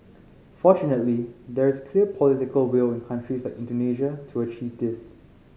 fortunately there is clear political will in countries like Indonesia to achieve this